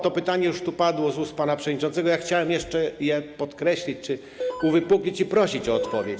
To pytanie już tu padło z ust pana przewodniczącego, ja chciałem jeszcze je podkreślić czy uwypuklić i prosić o odpowiedź.